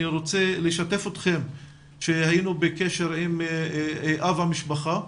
אני רוצה לשתף אתכם שהיינו בקשר עם אב המשפחה,